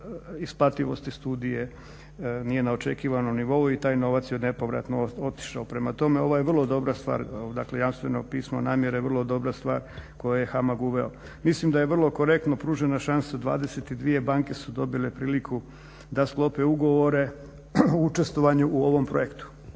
isplativosti studije nije na očekivanom nivou i taj novac je nepovratno otišao. Prema tome ovo je vrlo dobra stvar, dakle jamstveno pismo namjere je vrlo dobra stvar koju je HAMAG uveo. Mislim da je vrlo korektno pružena šansa, 22 banke su dobile priliku da sklope ugovore o učestvovanju u ovom projektu